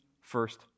first